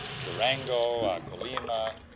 durango, colima,